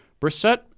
Brissette